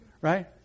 right